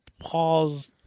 pause